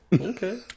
Okay